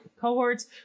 cohorts